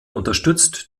unterstützt